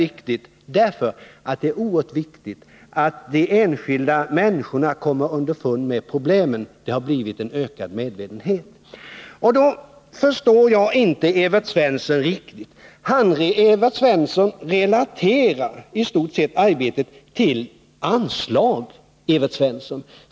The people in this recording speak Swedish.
Det är mycket viktigt att de enskilda människorna kommer underfund med problemen. Det har blivit en ökad medvetenhet. Då förstår jag inte Evert Svensson riktigt. Han relaterar i stort sett arbetet till anslag. Evert Svensson!